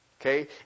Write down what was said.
Okay